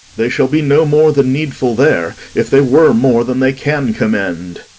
they shall be no more than needful there, if they were more than they can commend.